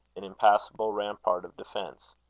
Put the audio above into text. an impassable rampart of defence.